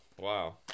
wow